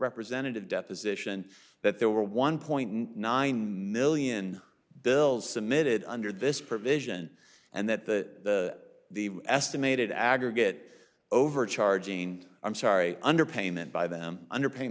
representative deposition that there were one point nine million bills submitted under this provision and that the estimated aggregate overcharging i'm sorry under payment by them under pa